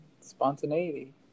spontaneity